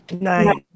Nice